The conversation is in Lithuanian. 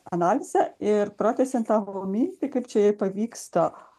analize ir pratęsiant tavo mintį kaip čia jai pavyksta